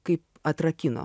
kaip atrakino